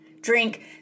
drink